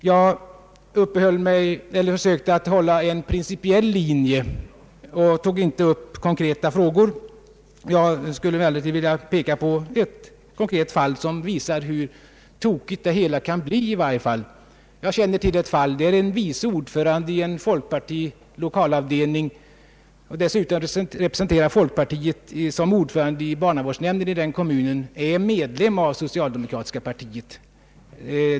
Jag försökte att i mitt första anförande hålla en principiell linje och tog inte upp konkreta frågor. Jag skulle emellertid vilja peka på ett konkret fall, som visar hur tokigt det hela kan bli. Jag känner till ett fall, där en vice ordförande i folkpartiets lokalavdelning, som dessutom representerar folkpartiet såsom ordförande i kommunens barnavårdsnämnd, är medlem av det socialdemokratiska partiet.